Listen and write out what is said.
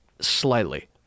slightly